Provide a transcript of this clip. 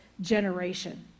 generation